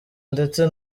ndetse